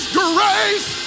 grace